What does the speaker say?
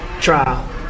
trial